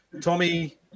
Tommy